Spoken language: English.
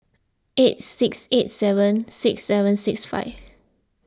eight six eight seven six seven six five